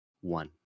one